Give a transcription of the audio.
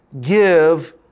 give